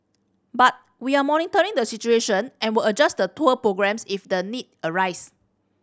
but we are monitoring the situation and will adjust the tour programmes if the need arise